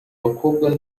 babakobwa